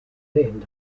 then